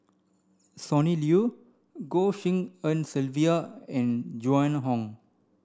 Sonny Liew Goh Tshin En Sylvia and Joan Hon